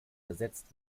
ersetzt